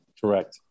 Correct